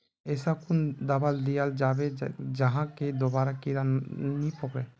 ऐसा कुन दाबा दियाल जाबे जहा से दोबारा कीड़ा नी पकड़े?